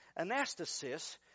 anastasis